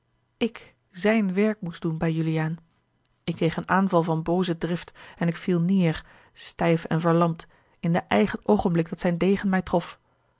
ik zijn werk moest doen bij juliaan ik kreeg een aanval van booze drift en ik viel neêr stijf en verlamd in den eigen oogenblik dat zijn degen mij trof